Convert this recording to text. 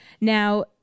Now